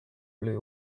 blue